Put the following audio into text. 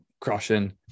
crushing